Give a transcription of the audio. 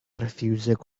fiwsig